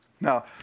Now